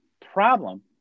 problem